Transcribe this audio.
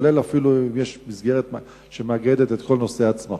אפילו אם יש מסגרת שמאגדת את כל נושא הצמחים,